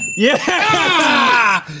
yeah!